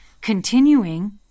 continuing